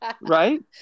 Right